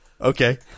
Okay